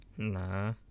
Nah